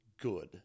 good